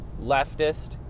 leftist